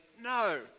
no